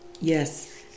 Yes